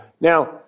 Now